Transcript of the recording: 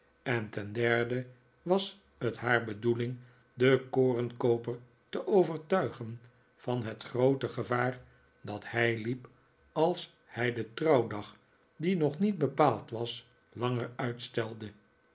en ten derde was het haar bedoeling den korenkooper te overtuigen van het groote gevaar dat hij hep als hij den trouwdag die nog niet bepaald was langer uitstelde